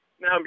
now